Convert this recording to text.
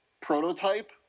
prototype